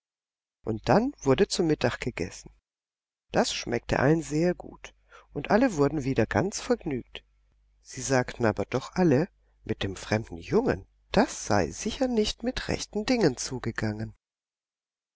und dann wurde zu mittag gegessen das schmeckte allen sehr gut und alle wurden wieder ganz vergnügt sie sagten aber doch alle mit dem fremden jungen das sei sicher nicht mit rechten dingen zugegangen